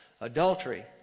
Adultery